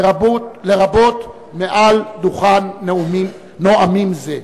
לרבות מעל דוכן נואמים זה.